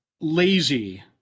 lazy